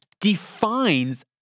defines